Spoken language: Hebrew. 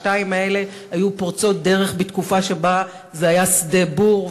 השתיים האלה היו פורצות דרך בתקופה שבה זה היה שדה בור,